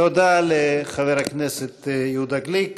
תודה לחבר הכנסת יהודה גליק.